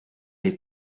est